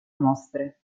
mostre